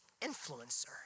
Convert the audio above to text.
influencer